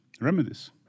remedies